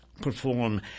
perform